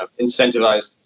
incentivized